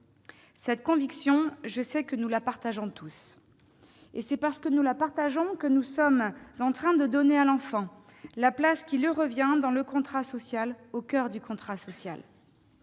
Cette conviction, je sais que nous la partageons tous. Et c'est parce que nous la partageons que nous sommes en train de donner à l'enfant la place qui lui revient dans le contrat social, au coeur du contrat social.